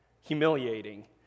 humiliating